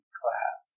class